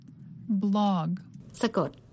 blog